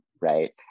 right